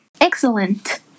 Excellent